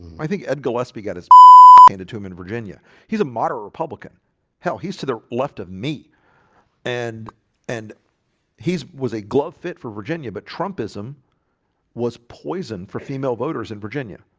i think ed. gillespie got his ah um handed to him in virginia. he's a moderate republican he'll he's to the left of me and and he's was a glove fit for virginia, but trumpism was poisoned for female voters in virginia.